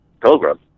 pilgrim